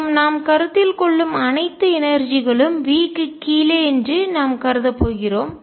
மேலும் நாம் கருத்தில் கொள்ளும் அனைத்து எனர்ஜிஆற்றல் களும் V க்கு கீழே என்று நாம் கருதப் போகிறோம்